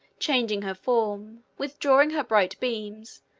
changing her form, withdrawing her bright beams,